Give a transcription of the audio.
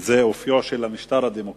זה אופיו של המשטר הדמוקרטי,